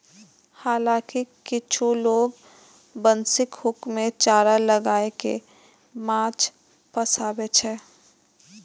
हालांकि किछु लोग बंशीक हुक मे चारा लगाय कें माछ फंसाबै छै